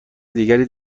دیگری